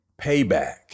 payback